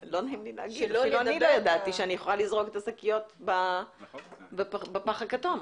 לא ידעתי שאני יכולה לזרוק את השקיות בפח הכתום.